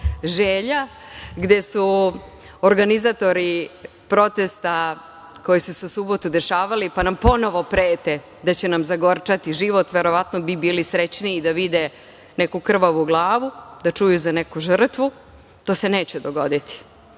želja gde su organizatori protesta koji su se u subotu dešavali, pa nam ponovo prete da će nam zagorčati život, verovatno bi bili srećniji da vide neku krvavu glavu, da čuju za neku žrtvu. To se neće dogoditi,